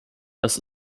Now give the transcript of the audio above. das